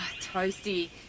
toasty